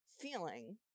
feeling